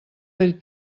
bell